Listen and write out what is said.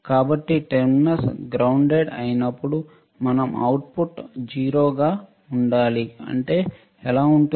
కాబట్టి terminals grounded అయినప్పుడు మన అవుట్పుట్ 0 గా ఉండాలి అంటే ఎలా ఉంటుంది